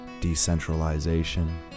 decentralization